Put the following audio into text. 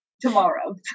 tomorrow